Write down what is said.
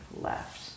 left